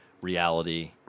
reality